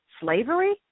slavery